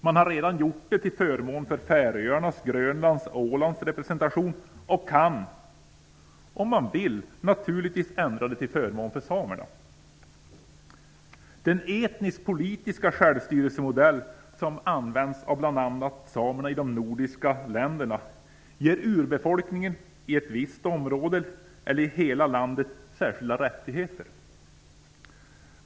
Man har redan gjort det till förmån för Färöarnas, Grönlands och Ålands representation och kan om man vill naturligtvis ändra det till förmån för samerna. Den etnisk-politiska självstyrelsemodell som används av bl.a. samerna i de nordiska länderna ger urbefolkningen i ett visst område eller i hela landet särskilda rättigheter.